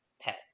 pet